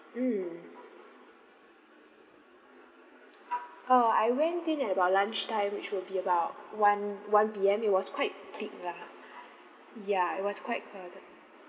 mm oh I went in at about lunch time which will be about one one P_M it was quite peak lah ya it was quite crowded